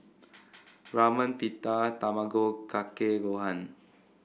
Ramen Pita Tamago Kake Gohan